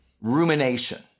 rumination